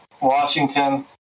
Washington